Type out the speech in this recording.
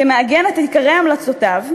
שמעגנת את עיקרי המלצותיו,